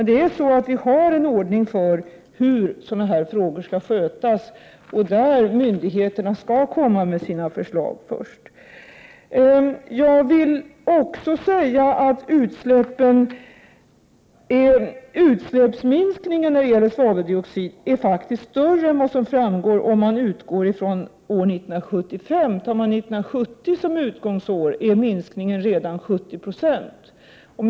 Det finns en ordning för hur sådana här frågor skall skötas och den innebär att myndigheterna skall komma med sina förslag först. Jag vill också säga att utsläppsminskningen vad gäller svaveldioxid faktiskt är mer omfattande än vad som framgår om man utgår från 1975. Tar man 1970 som utgångsår är minskningen redan 70 76.